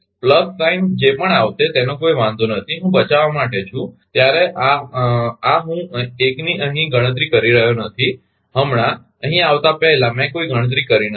plus minus જે પણ આવશે તેનો કોઇ વાંધો નથી હું બચાવવા માટે છું ત્યારે હું આ 1 ની અહીં ગણતરી કરી રહ્યો નથી હમણાં અહીં આવતાં પહેલાં મેં કોઈ ગણતરી કરી નથી